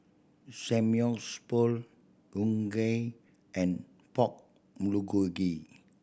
Samgyeopsal Unagi and Pork Bulgogi